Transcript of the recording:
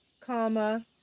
comma